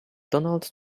donald